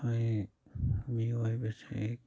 ꯑꯩ ꯃꯤꯑꯣꯏꯕꯁꯤ